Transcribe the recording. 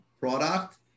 product